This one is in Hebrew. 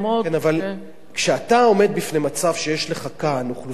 אבל כשאתה עומד בפני מצב שיש לך כאן אוכלוסייה של מאות אלפים,